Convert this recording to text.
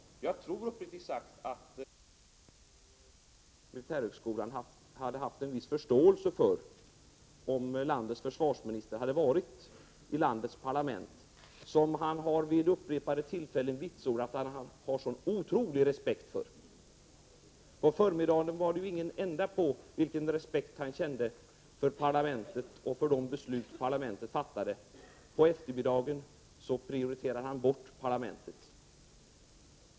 Uppriktigt sagt tror jag att man på militärhögskolan hade haft en viss förståelse för att landets försvarsminister hade stannat i landets parlament, som han vid upprepade tillfällen vitsordat att han har otrolig respekt för. På förmiddagen var det ju ingen ände på vilken respekt han kände för parlamentet och för de beslut som parlamentet fattar. På eftermiddagen prioriterar han bort parlamentet.